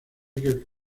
que